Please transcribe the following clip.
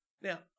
Now